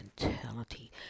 mentality